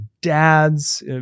dads